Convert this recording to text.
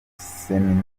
seminari